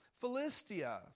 Philistia